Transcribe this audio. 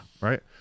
right